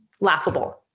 Laughable